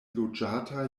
loĝata